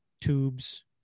tubes